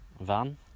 van